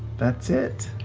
that's it.